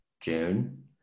June